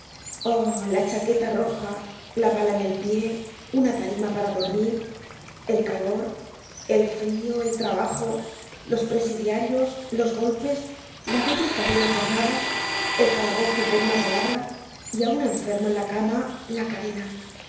la chaqueta roja la bala en el pié una tarima para dormir el calor el frio el trabajo los presidiarios los golpes la doble cadena por nada el calabozo por una palabra y aun enfermo en la cama la cadena